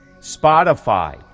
Spotify